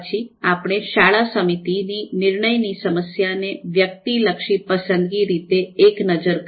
પછી આપણે શાળા સમિતિની નિર્ણયની સમસ્યા ને વ્યક્તિલક્ષી પસંદગી રીતે એક નજર કરી